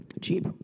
Cheap